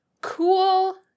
cool